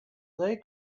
they